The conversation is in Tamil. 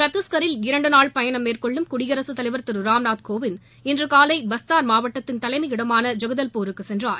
சத்திஷ்கரில் இரண்டு நாள் பயணம் மேற்கொள்ளும் குடியரசுத் தலைவர் திரு ராம்நாத் கோவிந்த் இன்று காலை பஸ்தார் மாவட்டத்தின் தலைமையிடமான ஐகதல்பூருக்கு சென்றார்